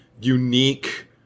unique